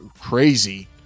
crazy